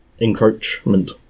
encroachment